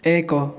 ଏକ